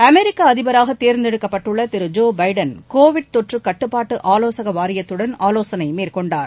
அமெரிக்க அதிபராக தேர்ந்தெடுக்கப்பட்டுள்ள திரு ஜோ பபடன் கோவிட் தொற்று கட்டுப்பாடு ஆலோசக வாரியத்துடன் ஆலோசனை மேற்கொண்டனர்